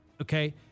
okay